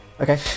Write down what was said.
okay